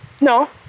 No